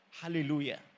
Hallelujah